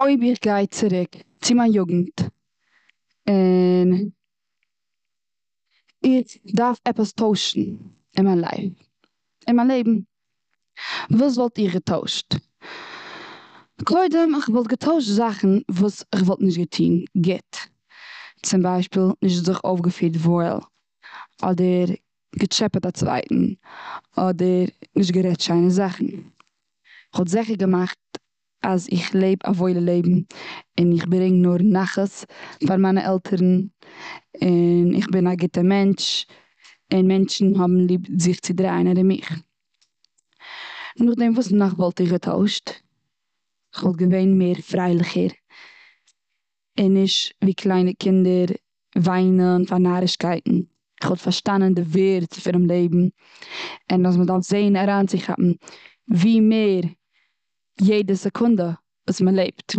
אויב איך גיי צוריק צו מיין יוגנט. און, איך דארף עפעס טוישן און מיין לייף, און מיין לעבן. וואס וואלט איך געטוישט? קודם כ'וואלט געטוישט זאכן וואס כ'האב נישט געטון גוט. צום ביישפיל: נישט זיך אויף געפירט וואויל. אדער געטשעפעט א צווייטן. אדער נישט גערעדט שיינע זאכן. כ'וואלט זיכער געמאכט אז איך לעב א וואוילע לעבן. און איך ברענג נאר נחת פאר מיינע עלטערן. און איך בין א גוטע מענטש. און מענטשן האבן ליב זיך צו דרייען ארום מיך. נאך דעם וואס נאך וואלט איך געטוישט? כ'וואלט געווען מער פרייליכער. און נישט ווי קליינע קינדער וויינען פאר נארישקייטן. כ'וואלט פארשטאנען די ווערד פון דעם, און מ'דארף זעהן אריין צו כאפן ווי מער יעדע סעקונדע וואס מ'לעבט.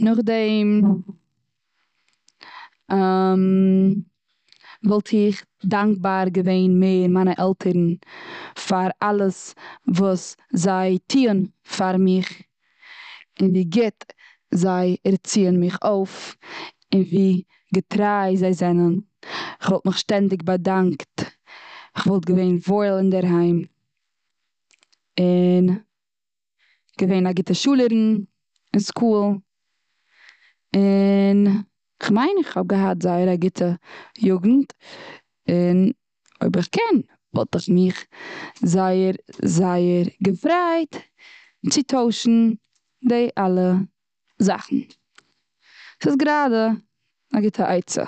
נאך דעם וואלט איך דאנקבאר מער געווען מיינע עלטערן פאר אלעס וועס זיי טוען פאר מיך. און ווי גוט זיי ערציען מיך אויף. און ווי געטריי זיי זענען. כ'וואלט מיך שטענדיג באדאנקט. כ'וואלט געווען וואויל אנדערהיים. און געווען א גוטע שולערין און סקול. און כ'מיין אז כ'האב געהאט זייער א גוטע יוגנט. און אויב איך קען וואלט איך מיך זייער זייער געפריידט צו טוישן די אלע זאכן. ס'איז גראדע א גוטע עצה.